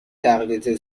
تقلید